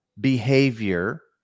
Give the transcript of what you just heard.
behavior